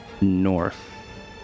North